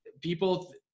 people